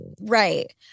Right